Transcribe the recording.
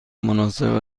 مناسب